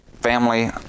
family